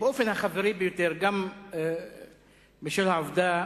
באופן החברי ביותר, גם בשל העובדה